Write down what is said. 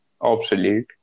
obsolete